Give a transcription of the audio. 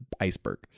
iceberg